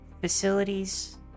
facilities